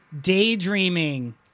Daydreaming